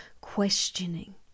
questioning